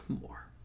more